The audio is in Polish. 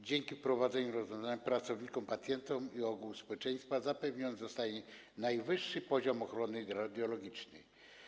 Dzięki wprowadzonym rozwiązaniom pracownikom, pacjentom i ogółowi społeczeństwa zapewniony zostanie najwyższy poziom ochrony radiologicznej.